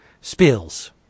spills